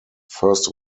first